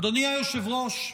אדוני היושב-ראש,